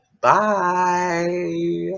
bye